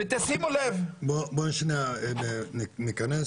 בוא שנייה נתכנס.